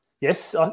Yes